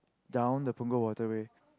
down the Punggol-Waterway